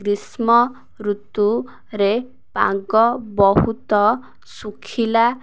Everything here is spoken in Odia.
ଗ୍ରୀଷ୍ମ ଋତୁରେ ପାଗ ବହୁତ ଶୁଖିଲା